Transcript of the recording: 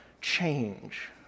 change